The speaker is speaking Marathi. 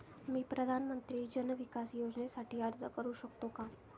मी प्रधानमंत्री जन विकास योजनेसाठी अर्ज करू शकतो का?